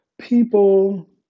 People